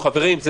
חברים,